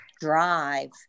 drive